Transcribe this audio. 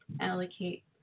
allocate